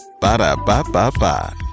Ba-da-ba-ba-ba